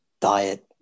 diet